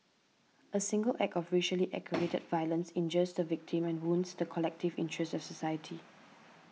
a single act of racially aggravated violence injures the victim and wounds the collective interests of society